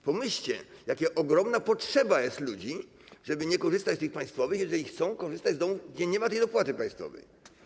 Pomyślcie, jaka jest ogromna potrzeba ludzi, żeby nie korzystać z tych państwowych domów, jeżeli chcą korzystać z domów, gdzie nie ma tej dopłaty państwowej.